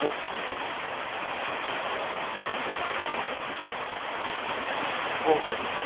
okay അപ്പം okay മ്